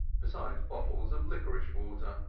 besides bottles of liquorice water,